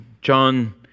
John